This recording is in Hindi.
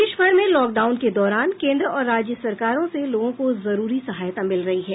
देशभर में लॉकडाउन के दौरान केन्द्र और राज्य सरकारों से लोगों को जरूरी सहायता मिल रही हैं